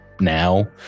now